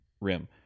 rim